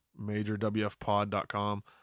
majorwfpod.com